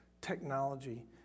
technology